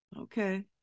Okay